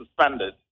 suspended